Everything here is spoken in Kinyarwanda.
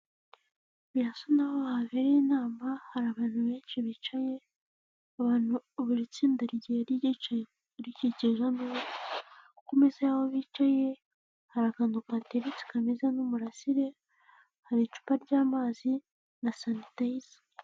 Birasa naho habereye inama hari abantu benshi bicaye, abantu buri tsinda rigiye ryicaye rikikije ameza, kumeza y'aho bicaye hari akantu kahateretse kameze nk'umurasire, hari icupa ry'amazi na sanitayiza.